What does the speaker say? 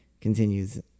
continues